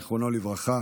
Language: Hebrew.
זיכרונו לברכה,